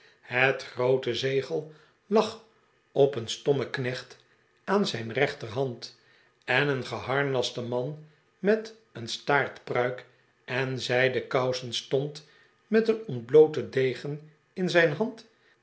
het groote zegei lag op een stommeknecht aan zijn rechterhand en een ge harnaste man met een staartpruik en zij den kousen stond met een ontblooten degen in zijn hand